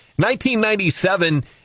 1997